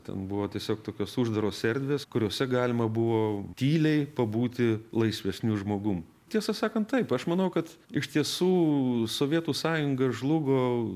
ten buvo tiesiog tokios uždaros erdvės kuriose galima buvo tyliai pabūti laisvesniu žmogum tiesą sakant taip aš manau kad iš tiesų sovietų sąjunga žlugo